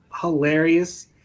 hilarious